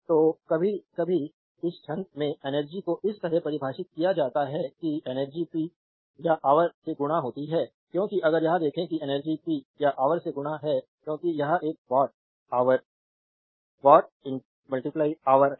तो कभी कभी इस छंद में एनर्जी को इस तरह परिभाषित किया जाता है कि एनर्जी p या ऑवर से गुणा होती है क्योंकि अगर यह देखें कि एनर्जी p या ऑवर से गुणा है क्योंकि यह एक वाट ऑवर वाट ऑवर है